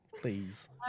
please